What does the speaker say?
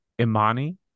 imani